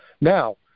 Now